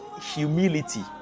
humility